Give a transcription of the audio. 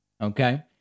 Okay